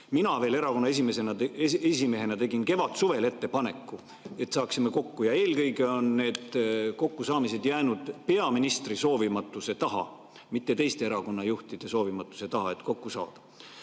Mina veel erakonna esimehena tegin kevadsuvel ettepaneku kokku saada. Eelkõige on need kokkusaamised jäänud peaministri soovimatuse taha, mitte teiste erakonnajuhtide soovimatuse taha.